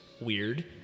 weird